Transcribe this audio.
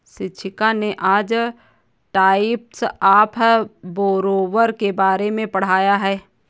शिक्षिका ने आज टाइप्स ऑफ़ बोरोवर के बारे में पढ़ाया है